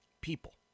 People